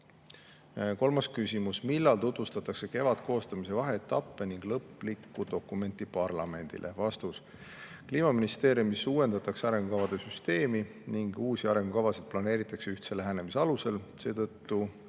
Kolmas küsimus: "Millal tutvustatakse KEVAD koostamise vaheetappe ning lõppdokumenti parlamendile?" Vastus. Kliimaministeeriumis uuendatakse arengukavade süsteemi ning uusi arengukavasid planeeritakse ühtse lähenemise alusel. Seetõttu